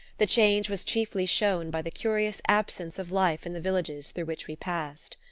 the change was chiefly shown by the curious absence of life in the villages through which we passed.